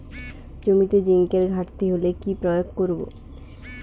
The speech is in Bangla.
জমিতে জিঙ্কের ঘাটতি হলে কি প্রয়োগ করব?